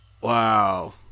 Wow